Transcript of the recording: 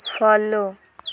follow